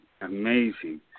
amazing